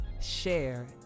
share